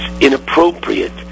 inappropriate